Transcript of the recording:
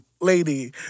lady